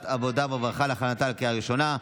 העבודה והרווחה להכנתה לקריאה ראשונה.